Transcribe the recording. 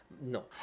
No